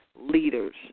leaders